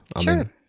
Sure